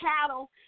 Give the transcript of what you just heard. cattle